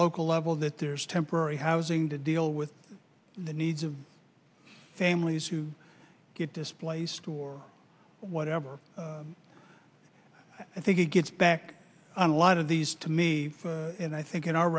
local level that there's temporary housing to deal with the needs of families who get displaced or whatever i think it gets back on a lot of these to me and i think in our